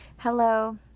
Hello